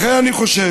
לכן אני חושב